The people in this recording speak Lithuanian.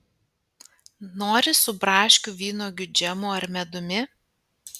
nori su braškių vynuogių džemu ar medumi